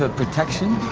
ah protection?